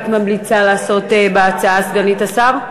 מה היית מציעה לעשות בהצעה, סגנית השר?